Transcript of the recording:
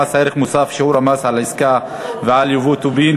ערך מוסף (שיעור המס על עסקה ועל ייבוא טובין)